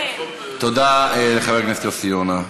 תודה לחבר הכנסת יוסי יונה.